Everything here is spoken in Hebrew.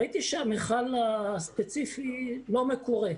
ראיתי שהמכל הספציפי לא מקורה.